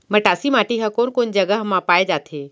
मटासी माटी हा कोन कोन जगह मा पाये जाथे?